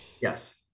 yes